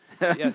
Yes